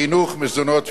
חינוך, מזונות ועוד.